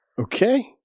Okay